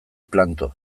planto